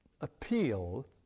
appeal